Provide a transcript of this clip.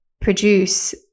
produce